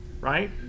right